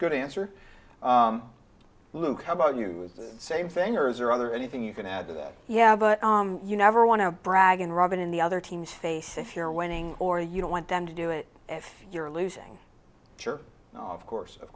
good answer luke how about you is the same thing or is there other anything you can add to that yeah but you never want to brag and rub it in the other team's face if you're winning or you don't want them to do it if you're losing your oh of course of